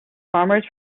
farmers